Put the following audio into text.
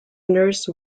nurse